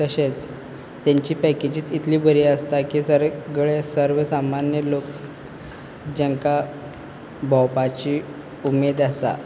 तशेंच तेंची पेकेजीस इतली बरी आसता की सार सगळे सर्व सामान्य जेंकां भोंवपाची उमेद आसा